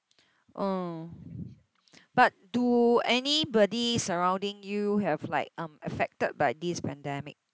oh but do anybody surrounding you have like um affected by this pandemic